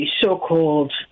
so-called